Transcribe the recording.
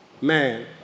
Man